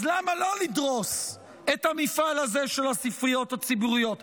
למה לא לדרוס את המפעל הזה של הספריות הציבוריות?